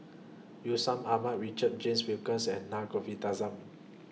Aman Richard James Wilkinson and Naa Govindasamy